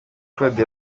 claude